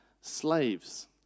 Slaves